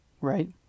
right